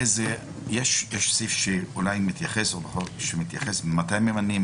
יש סעיף שאולי מתייחס מתי ממנים?